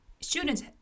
students